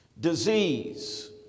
disease